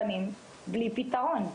בנים בלי פתרון.